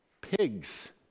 pigs